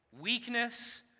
Weakness